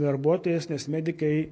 darbuotojais nes medikai